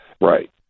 right